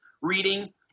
reading